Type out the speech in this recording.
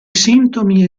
sintomi